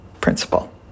principle